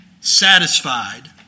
satisfied